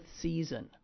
season